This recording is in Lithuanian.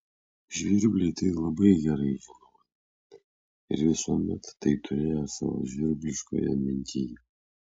žvirbliai tai labai gerai žinojo ir visuomet tai turėjo savo žvirbliškoje mintyj